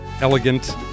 elegant